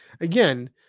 again